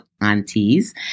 aunties